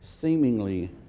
seemingly